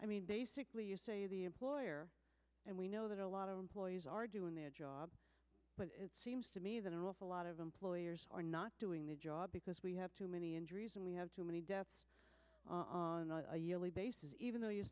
mean the employer and we know that a lot of employees are doing their job but it seems to me that an awful lot of employers are not doing their job because we have too many injuries and we have too many deaths on a yearly basis even though you